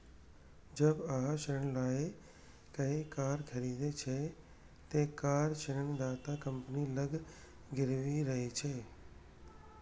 जब अहां ऋण लए कए कार खरीदै छियै, ते कार ऋणदाता कंपनी लग गिरवी रहै छै